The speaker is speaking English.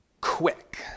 Quick